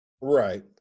Right